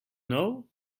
know